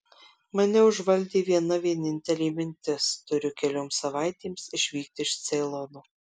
mane užvaldė viena vienintelė mintis turiu kelioms savaitėms išvykti iš ceilono